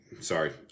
sorry